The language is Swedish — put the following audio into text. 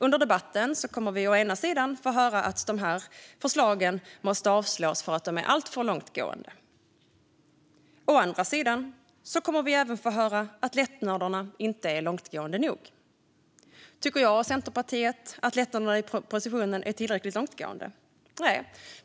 Under debatten kommer vi å ena sidan att få höra att dessa förslag måste avslås för att de är alltför långtgående. Å andra sidan kommer vi även att få höra att lättnaderna inte är långtgående nog. Tycker jag och Centerpartiet att lättnaderna i propositionen är tillräckligt långtgående? Nej.